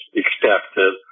expected